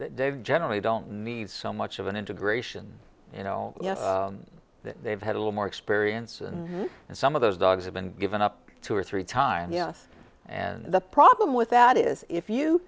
they generally don't need so much of an integration you know you know they've had a little more experience and some of those dogs have been given up two or three times yes and the problem with that is if you